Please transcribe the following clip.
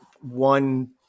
one